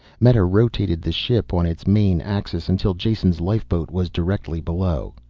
meta rotated the ship on its main axis, until jason's lifeboat was directly below.